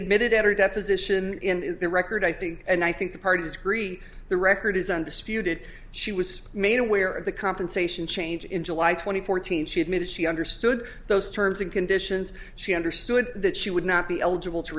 admitted at her deposition in the record i think and i think the parties agree the record is undisputed she was made aware of the compensation change in july twenty four thousand she admitted she understood those terms and conditions she understood that she would not be eligible to